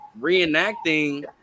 reenacting